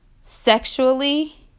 sexually